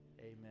Amen